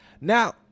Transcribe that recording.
Now